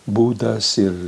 būdas ir